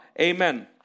Amen